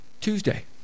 Tuesday